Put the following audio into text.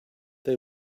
they